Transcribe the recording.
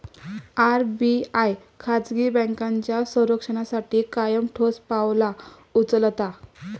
RBI खाजगी बँकांच्या संरक्षणासाठी कायम ठोस पावला उचलता